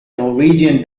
norwegian